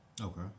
Okay